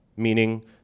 meaning